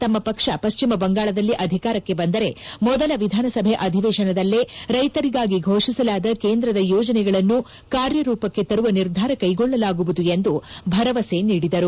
ತಮ್ಮ ಪಕ್ಷ ಪಶ್ಚಿಮ ಬಂಗಾಳದಲ್ಲಿ ಅಧಿಕಾರಕ್ಕೆ ಬಂದರೆ ಮೊದಲ ವಿಧಾನಸಭೆ ಅಧಿವೇಶನದಲ್ಲೇ ರೈತರಿಗಾಗಿ ಘೋಷಿಸಲಾದ ಕೇಂದ್ರದ ಯೋಜನೆಗಳನ್ನು ಕಾರ್ಯರೂಪಕ್ಕೆ ತರುವ ನಿರ್ಧಾರ ಕೈಗೊಳ್ಳಲಾಗುವುದು ಎಂದು ಭರವಸೆ ನೀಡಿದರು